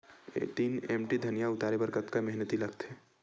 तीन एम.टी धनिया उतारे बर कतका मेहनती लागथे?